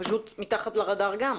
הן פשוט מתחת לרדאר גם.